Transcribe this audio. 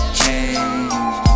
change